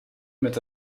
met